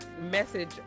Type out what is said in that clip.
message